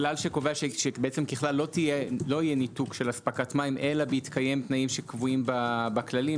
שקובע שלא יהיה ניתוק של אספקת מים אלא בהתקיים תנאים שקבועים בכללים.